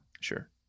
Sure